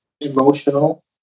emotional